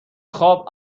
خواب